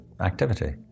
activity